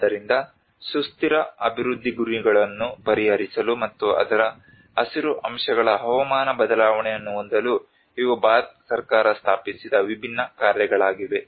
ಆದ್ದರಿಂದ ಸುಸ್ಥಿರ ಅಭಿವೃದ್ಧಿ ಗುರಿಗಳನ್ನು ಪರಿಹರಿಸಲು ಮತ್ತು ಅದರ ಹಸಿರು ಅಂಶಗಳ ಹವಾಮಾನ ಬದಲಾವಣೆಯನ್ನು ಹೊಂದಲು ಇವು ಭಾರತ ಸರ್ಕಾರ ಸ್ಥಾಪಿಸಿದ ವಿಭಿನ್ನ ಕಾರ್ಯಗಳಾಗಿವೆ